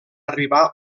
arribar